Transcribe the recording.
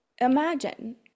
imagine